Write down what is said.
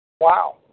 Wow